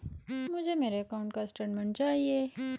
मुझे मेरे अकाउंट का स्टेटमेंट चाहिए?